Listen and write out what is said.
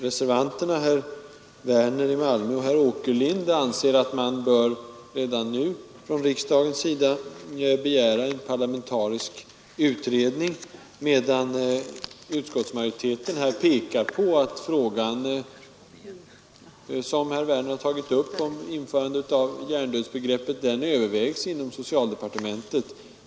Reservanterna, herr Werner i Malmö och herr Åkerlind, anser att riksdagen redan nu bör begära en parlamentarisk utredning, medan utskottsmajoriteten pekar på att frågan om införande av hjärndödsbegreppet övervägs inom socialdepartementet.